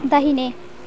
दाहिने